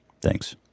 thanks